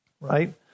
Right